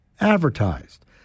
advertised